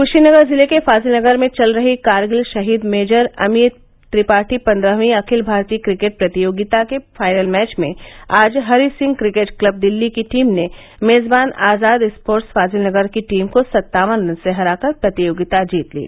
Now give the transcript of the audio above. कुशीनगर जिले के फाजिलनगर में चल रही कारगिल शहीद मेजर अमिय त्रिपाठी पन्द्रहवीं अखिल भारतीय क्रिकेट प्रतियोगिता के फाइनल मैच में आज हरी सिंह क्रिकेट क्लब दिल्ली की टीम ने मेजबान आजाद स्पोर्ट्स फाजिलनगर की टीम को सत्तावन रन से हराकर प्रतियोगिता जीत ली